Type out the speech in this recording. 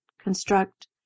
construct